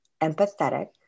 empathetic